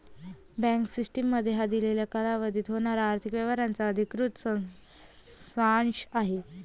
bank statement हा दिलेल्या कालावधीत होणाऱ्या आर्थिक व्यवहारांचा अधिकृत सारांश असतो